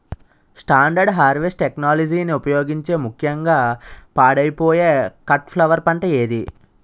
Standard harvest టెక్నాలజీని ఉపయోగించే ముక్యంగా పాడైపోయే కట్ ఫ్లవర్ పంట ఏది?